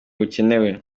bukenewe